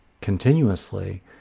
continuously